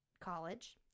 college